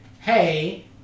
hey